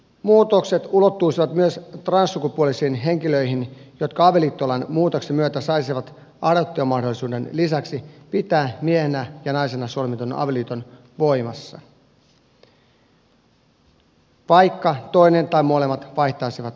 muutokset ulottuisivat myös transsukupuolisiin henkilöihin jotka avioliittolain muutoksen myötä saisivat adoptiomahdollisuuden lisäksi pitää miehenä ja naisena solmitun avioliiton voimassa vaikka toinen tai molemmat vaihtaisivat sukupuolensa